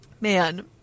Man